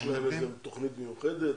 יש להם איזה תוכנית מיוחדת?